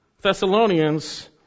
Thessalonians